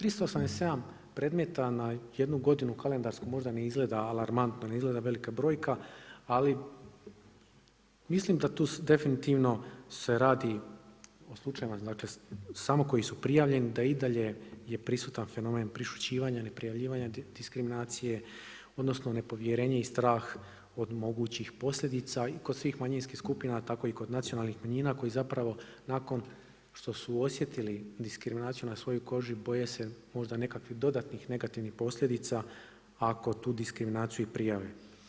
387 predmeta na jednu godinu kalendarsku možda ne izgleda alarmantno, ne izgleda velika brojka ali mislim da tu definitivno se radi o slučajevima dakle samo koji su prijavljeni, da i dalje je prisutan fenomen prešućivanja, neprijavljivanja, diskriminacije, odnosno nepovjerenje i strah od mogućih posljedica kod svih manjinskih skupina, tako i kod nacionalnih manjina koji zapravo nakon što su osjetili diskriminaciju na svojoj koži boje se možda nekakvih dodatnih negativnih posljedica ako tu diskriminaciju i prijave.